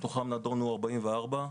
מתוכן נדונו 44,